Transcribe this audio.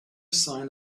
sign